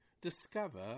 Discover